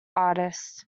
artists